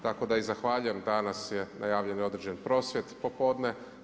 Tako da i zahvaljujem, danas je najavljen i određen prosvjed popodne.